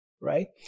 right